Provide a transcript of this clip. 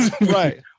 Right